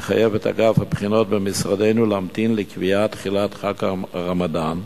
מחייב את אגף החינוך במשרדנו להמתין לקביעת תחילת חג הרמדאן,